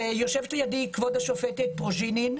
יושבת לידי כבוד השופטת פרוז'ינין,